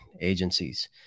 agencies